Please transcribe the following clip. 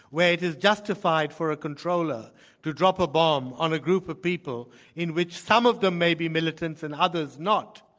where it is justified for a controller to drop a bomb on a group of people in which some of them may be militants and others not,